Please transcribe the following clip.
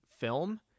film